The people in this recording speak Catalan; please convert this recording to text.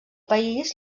país